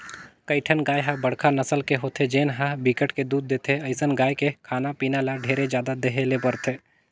कइठन गाय ह बड़का नसल के होथे जेन ह बिकट के दूद देथे, अइसन गाय के खाना पीना ल ढेरे जादा देहे ले परथे